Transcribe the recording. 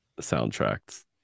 soundtracks